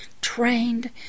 trained